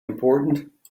important